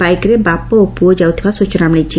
ବାଇକ୍ରେ ବାପା ଓ ପୁଅ ଯାଉଥିବା ସୂଚନା ମିଳିଛି